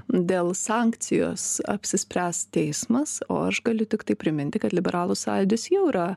dėl sankcijos apsispręs teismas o aš galiu tiktai priminti kad liberalų sąjūdis jau yra